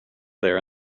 there